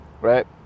right